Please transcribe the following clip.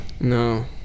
No